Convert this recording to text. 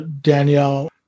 Danielle